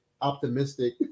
optimistic